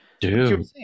dude